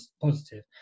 positive